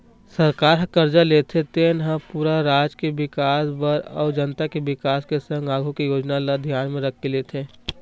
सरकार ह करजा लेथे तेन हा पूरा राज के बिकास बर अउ जनता के बिकास के संग आघु के योजना ल धियान म रखके लेथे